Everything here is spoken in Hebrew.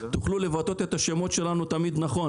שתוכלו לבטא את השמות שלנו תמיד נכון.